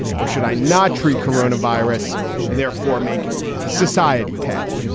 or should i not treat corona virus and therefore make society pay?